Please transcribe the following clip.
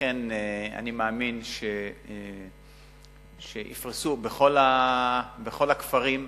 לכן אני מאמין שיפרסו בכל הכפרים,